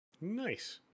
Nice